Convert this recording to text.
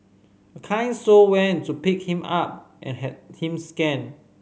a kind soul went to pick him up and had him scanned